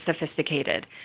sophisticated